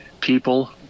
people